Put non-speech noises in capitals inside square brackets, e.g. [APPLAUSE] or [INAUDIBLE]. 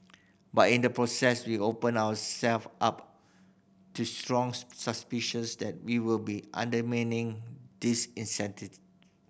but in the process we opened ourselves up to strong suspicions that we were undermining these [UNINTELLIGIBLE]